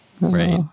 Right